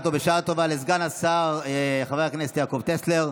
בשעה טובה לסגן השר חבר הכנסת יעקב טסלר.